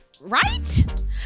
right